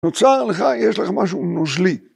נוצר לך, יש לך משהו נוזלי.